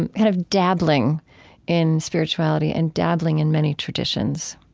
and kind of dabbling in spirituality and dabbling in many traditions